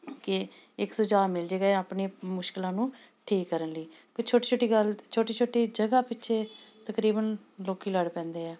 ਕਿ ਇੱਕ ਸੁਝਾਅ ਮਿਲ ਜਾਏਗਾ ਇਹ ਆਪਣੀ ਮੁਸ਼ਕਿਲਾਂ ਨੂੰ ਠੀਕ ਕਰਨ ਲਈ ਵੀ ਛੋਟੀ ਛੋਟੀ ਗੱਲ ਛੋਟੀ ਛੋਟੀ ਜਗ੍ਹਾ ਪਿੱਛੇ ਤਕਰੀਬਨ ਲੋਕ ਲੜ ਪੈਂਦੇ ਆ